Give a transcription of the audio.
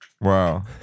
wow